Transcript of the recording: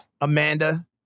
Amanda